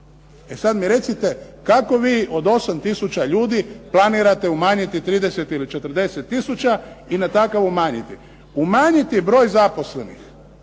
E sada mi recite kako vi od 8 tisuća ljudi planirate umanjiti 30 ili 40 tisuća i na takav umanjiti? Umanjiti broj zaposlenih